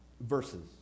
Verses